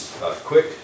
quick